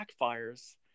backfires